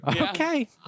Okay